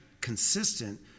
consistent